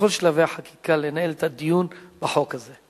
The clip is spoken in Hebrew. בכל שלבי החקיקה, לנהל את הדיון בחוק הזה.